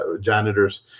janitors